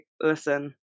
Listen